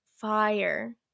fire